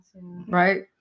Right